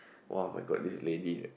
!wah! my god this lady right